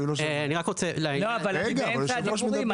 אני רק רוצה --- רגע, היושב-ראש מדבר.